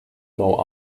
know